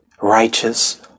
righteous